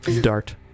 dart